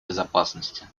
безопасности